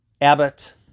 Abbott